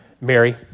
Mary